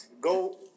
Go